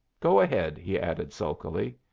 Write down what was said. go ahead, he added, sulkily.